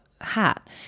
hat